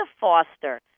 foster